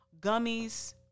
gummies